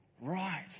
right